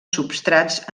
substrats